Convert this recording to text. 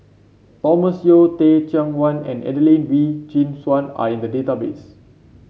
Thomas Yeo Teh Cheang Wan and Adelene Wee Chin Suan are in the database